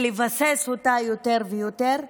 לבסס אותה יותר ויותר,